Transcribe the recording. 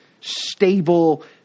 stable